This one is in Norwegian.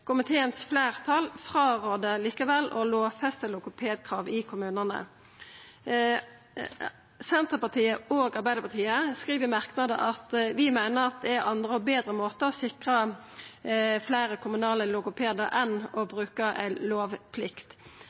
likevel frå å lovfesta eit logopedkrav i kommunane. Senterpartiet og Arbeidarpartiet skriv i merknader at vi meiner at det er andre og betre måtar å sikra fleire kommunale logopedar på enn å bruka ei lovplikt.